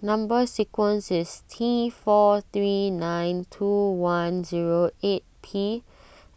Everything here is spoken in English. Number Sequence is T four three nine two one zero eight P